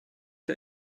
der